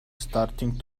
starting